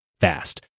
fast